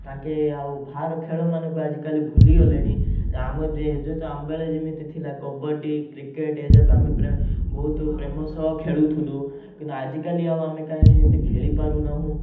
ତାଙ୍କେ ଆଉ ବାହାର ଖେଳମାନଙ୍କୁ ଆଜିକାଲି ଭୁଲି ଗଲେଣି ଆମ ଯେହେତୁ ଆମବେଳେ ଯେମିତି ଥିଲା କବାଡ଼ି କ୍ରିକେଟ୍ ଏଯାକ ଆମେ ବହୁତ ପ୍ରେମ ସହ ଖେଳୁଥିଲୁ କିନ୍ତୁ ଆଜିକାଲି ଆଉ ଆମେ କାଇଁ ସେମିତି ଖେଳିପାରୁ ନାହୁଁ